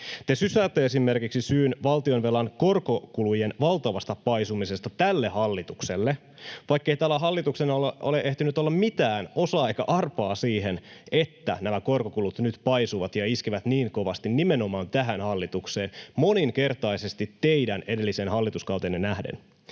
Te sysäätte esimerkiksi syyn valtionvelan korkokulujen valtavasta paisumisesta tälle hallitukselle, vaikkei tällä hallituksella ole ehtinyt olla mitään osaa eikä arpaa siihen, että nämä korkokulut nyt paisuvat ja iskevät niin kovasti nimenomaan tähän hallitukseen — moninkertaisesti teidän edelliseen hallituskauteenne nähden.